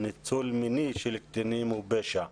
ניצול מיני של קטינים הוא פשע.